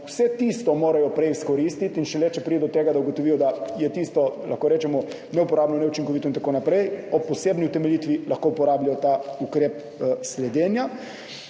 Vse tisto morajo prej izkoristiti in šele, če pride do tega, da ugotovijo, da je tisto, lahko rečemo, neuporabno, neučinkovito in tako naprej, lahko ob posebni utemeljitvi uporabljajo ta ukrep sledenja.